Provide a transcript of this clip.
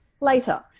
later